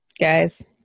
Guys